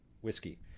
whiskey